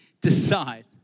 decide